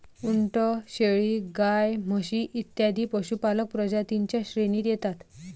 उंट, शेळी, गाय, म्हशी इत्यादी पशुपालक प्रजातीं च्या श्रेणीत येतात